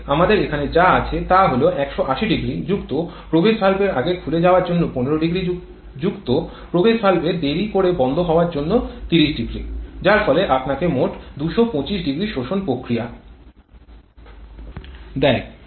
তবে আমাদের এখানে যা আছে তা হল ১৮০০ যুক্ত প্রবেশ ভালভের আগে খুলে যাওয়ার জন্য ১৫০ যুক্ত প্রবেশ ভালভের দেরি করে বন্ধ হওয়ার জন্য ৩০০ যার ফলে আপনাকে মোট ২২৫০ শোষণ প্রক্রিয়া দেয়